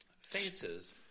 faces